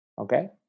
Okay